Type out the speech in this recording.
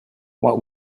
what